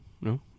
no